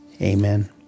Amen